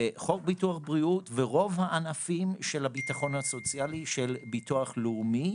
חוק ביטוח בריאות ורוב הענפים של הביטחון הסוציאלי של ביטוח לאומי